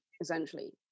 essentially